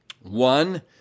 one